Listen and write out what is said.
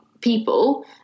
people